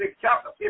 chapter